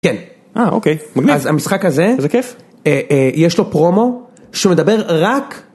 כן. אה, אוקיי. מגניב. אז המשחק הזה... זה כיף? אה, אה, יש לו פרומו שמדבר רק...